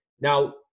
Now